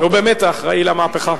הוא באמת האחראי למהפכה.